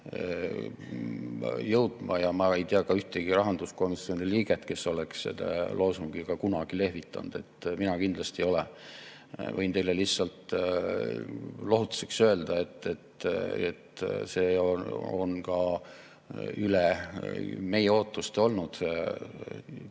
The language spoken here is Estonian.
jõudma. Ja ma ei tea ka ühtegi rahanduskomisjoni liiget, kes oleks selle loosungiga kunagi lehvitanud. Mina kindlasti ei ole. Võin teile lihtsalt lohutuseks öelda, et see on ka üle meie ootuste olnud, kui